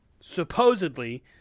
supposedly